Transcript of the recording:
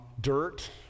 Dirt